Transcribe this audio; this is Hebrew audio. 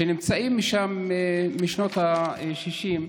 שנמצאים שם משנות השישים,